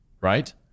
right